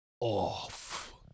off